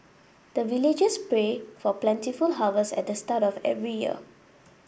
the villagers pray for plentiful harvest at the start of every year